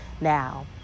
now